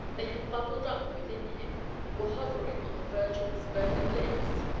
they had bubbled up within him were hovering on the verge of his burning lips.